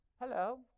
Hello